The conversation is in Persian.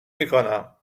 میکنم